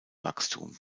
wachstum